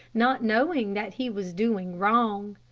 not knowing that he was doing wrong.